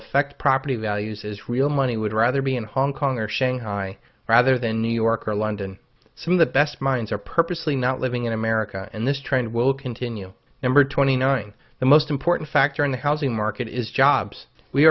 affect property values is real money would rather be in hong kong or shanghai rather than new york or london or some of the best minds are purposely not living in america and this trend will continue number twenty nine the most important factor in the housing market is jobs we